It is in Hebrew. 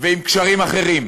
ועם קשרים אחרים,